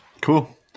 cool